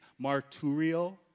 marturio